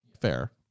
Fair